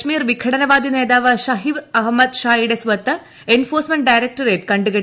കശ്മീർ വിഘടനവാദി നേതാവ് ഷബീർ അഹമ്മദ് ഷായുടെ സ്വത്ത് എൻഫോഴ്സ്മെന്റ് ഡയറക്ട്രേറ്റ് കണ്ടുകെട്ടി